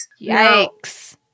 Yikes